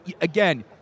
again